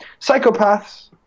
Psychopaths